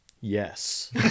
Yes